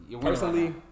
personally